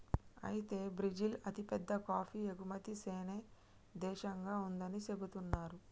అయితే బ్రిజిల్ అతిపెద్ద కాఫీ ఎగుమతి సేనే దేశంగా ఉందని సెబుతున్నారు